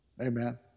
amen